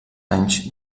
anys